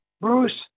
Bruce